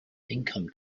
income